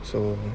so